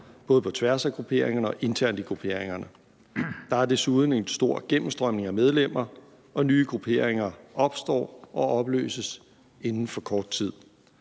både på tværs af grupperingerne og internt i grupperingerne. Der er desuden en stor gennemstrømning af medlemmer, og nye grupperinger opstår og opløses inden for kort tid.